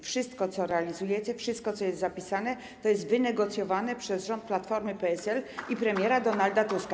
Wszystko, co realizujecie, wszystko, co jest zapisane, to jest wynegocjowane przez rząd Platformy i PSL oraz premiera Donalda Tuska.